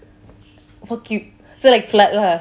so cute like flood lah